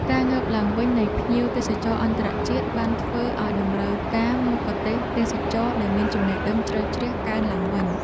ការងើបឡើងវិញនៃភ្ញៀវទេសចរអន្តរជាតិបានធ្វើឱ្យតម្រូវការមគ្គុទ្ទេសក៍ទេសចរណ៍ដែលមានចំណេះដឹងជ្រៅជ្រះកើនឡើងវិញ។